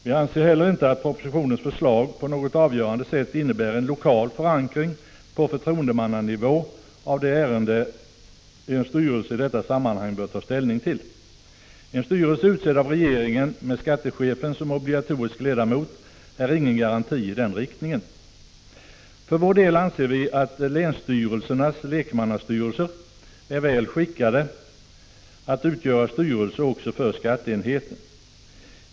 Vi anser heller inte att propositionens förslag på något avgörande sätt innebär en lokal förankring på förtroendemannanivå av de ärenden en styrelse i detta sammanhang bör ta ställning till. En styrelse utsedd av regeringen och med skattechefen som obligatorisk ledamot är ingen garanti i den riktningen. För vår del anser vi att länsstyrelsernas lekmannastyrelser är väl skickade att utgöra styrelse också för skatteenheten.